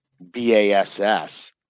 BASS